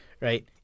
Right